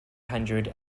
hundred